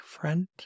friend